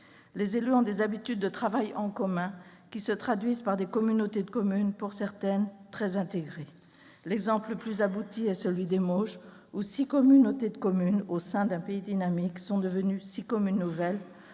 Les élus ont des habitudes de travail en commun, qui se traduisent par des communautés de communes pour certaines très intégrées. L'exemple le plus abouti est celui des Mauges, où six communautés de communes, au sein d'un pays dynamique, sont devenues six communes nouvelles